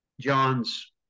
John's